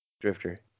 Drifter